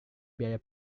biaya